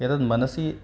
एतद् मनसि